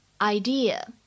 idea